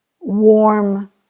warm